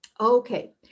Okay